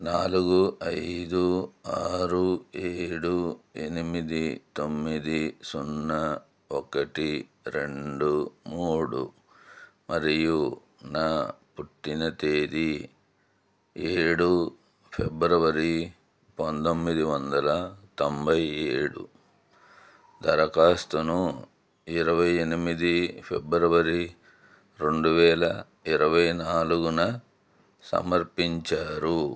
నాలుగు ఐదు ఆరు ఏడు ఎనిమిది తొమ్మిది సున్నా ఒకటి రెండు మూడు మరియు నా పుట్టిన తేదీ ఏడు ఫిబ్రవరి పంతొమ్మిది వందల తొంభై ఏడు దరఖాస్తును ఇరవై ఎనిమిది ఫిబ్రవరి రెండువేల ఇరవై నాలుగు సమర్పించారు